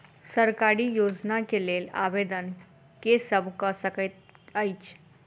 सरकारी योजना केँ लेल आवेदन केँ सब कऽ सकैत अछि?